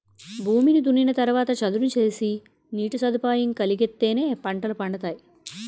భూమిని దున్నిన తరవాత చదును సేసి నీటి సదుపాయం కలిగిత్తేనే పంటలు పండతాయి